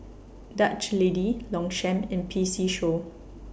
Dutch Lady Longchamp and P C Show